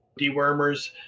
dewormers